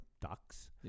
ducks